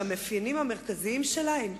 כמי שהמאפיינים המרכזיים שלה הם דת,